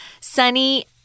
sunny